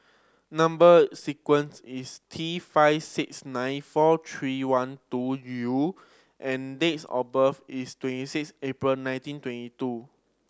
number sequence is T five six nine four three one two U and dates of birth is twenty six April nineteen twenty two